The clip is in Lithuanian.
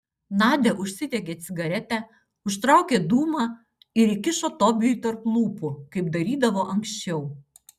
nadia užsidegė cigaretę užtraukė dūmą ir įkišo tobijui tarp lūpų kaip darydavo anksčiau